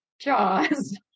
Jaws